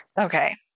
okay